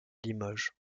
limoges